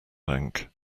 bank